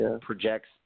projects